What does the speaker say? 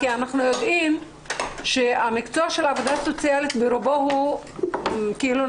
כי אנחנו יודעים שהמקצוע של העבודה הסוציאלית ברובו הוא נשי,